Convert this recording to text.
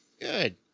Good